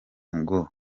ngo